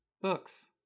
books